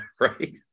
right